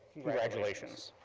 congratulations.